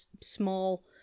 small